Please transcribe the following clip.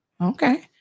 Okay